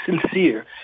sincere